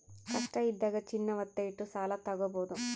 ಕಷ್ಟ ಇದ್ದಾಗ ಚಿನ್ನ ವತ್ತೆ ಇಟ್ಟು ಸಾಲ ತಾಗೊಬೋದು